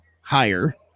higher